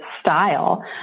style